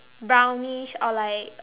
brownish or like